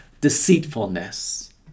deceitfulness